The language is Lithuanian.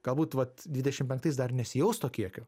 galbūt vat dvidešim penktais dar nesijaus to kiekio